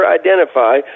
identify